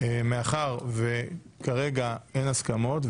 מאחר וכרגע אין הסכמות,